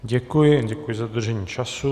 Děkuji a děkuji za dodržení času.